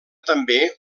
també